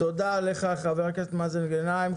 תודה לך, חבר הכנסת מאזן גנאים.